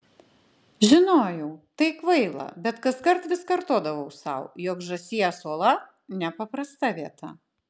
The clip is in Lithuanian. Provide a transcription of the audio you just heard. žinojau tai kvaila bet kaskart vis kartodavau sau jog žąsies uola nepaprasta vieta